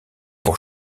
pour